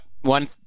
one